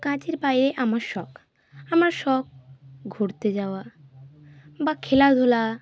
কাজের বাইরে আমার শখ আমার শখ ঘুরতে যাওয়া বা খেলাধূলা